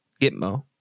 Gitmo